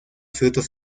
frutos